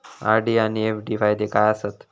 RD आनि FD फायदे काय आसात?